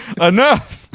Enough